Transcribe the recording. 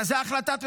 מה, זו החלטת ממשלה?